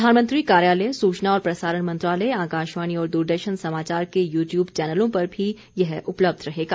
प्रधानमंत्री कार्यालय सूचना और प्रसारण मंत्रालय आकाशवाणी और दूरदर्शन समाचार के यू ट्यूब चैनलों पर भी यह उपलब्ध रहेगा